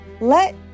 let